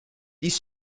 dies